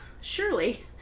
surely